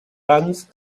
runs